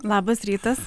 labas rytas